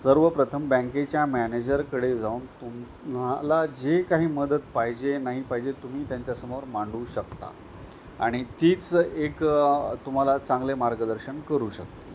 सर्वप्रथम बँकेच्या मॅनेजरकडे जाऊन तुम्हाला जी काही मदत पाहिजे नाही पाहिजे तुम्ही त्यांच्यासमोर मांडवू शकता आणि तेच एक तुम्हाला चांगले मार्गदर्शन करू शकतील